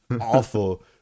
awful